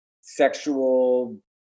sexual